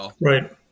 Right